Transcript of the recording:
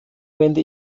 wende